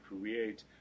create